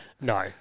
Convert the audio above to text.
no